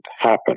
happen